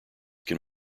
can